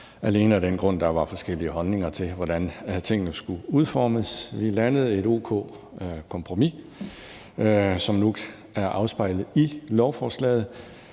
alene af den grund, at der var forskellige holdninger til, hvordan tingene skulle udformes. Vi landede et kompromis, der var o.k., og som nu er afspejlet i lovforslaget.